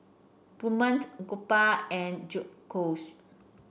Gurmeet Gopal and Jecush